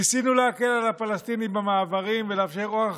ניסינו להקל על הפלסטינים במעברים ולאפשר אורח